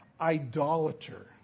idolater